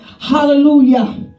Hallelujah